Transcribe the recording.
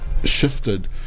Shifted